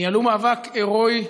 הם ניהלו מאבק הירואי,